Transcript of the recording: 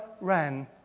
ran